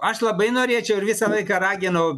aš labai norėčiau ir visą laiką raginau